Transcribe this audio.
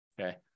okay